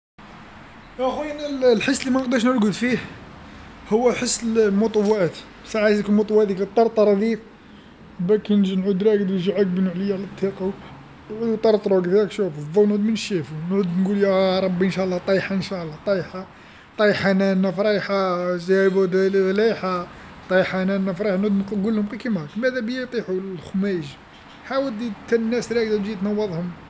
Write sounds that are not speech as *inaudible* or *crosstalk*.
يا خويا أنا *hesitation* الحس لي منقدرش نرقد فيه هو حس ال- الموطوات، ساعه ذيك موطو ذيك اللي طرطر هاذيك، *unintelligible* كي نجي نعود راقد يجو عاقبين عليا من التاقه ويطرطرو هكذاك شوفو ضو مانيش شايفو، نعود نقول يا ربي ان شاء الله طيحه ان شاء الله طيحه طيحه *unintelligible* طيحه انا نفرح نوض نقول لهم غير كيما هاك مادا بيا يطيحو الخماج، ها ودي نتا الناس راقده تجي تنوضهم.